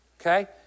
Okay